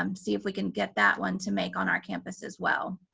um see if we can get that one to make on our campus as well.